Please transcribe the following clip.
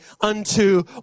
unto